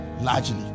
Largely